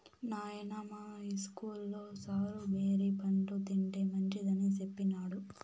నాయనా, మా ఇస్కూల్లో సారు బేరి పండ్లు తింటే మంచిదని సెప్పినాడు